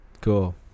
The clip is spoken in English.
cool